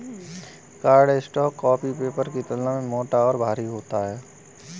cardstock copy paper की तुलना में मोटा और भारी होता है